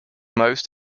most